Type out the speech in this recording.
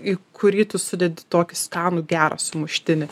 į kurį tu sudedi tokį skanų gerą sumuštinį